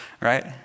right